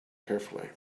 carefully